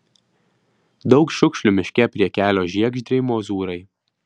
daug šiukšlių miške prie kelio žiegždriai mozūrai